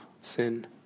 sin